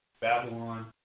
Babylon